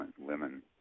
women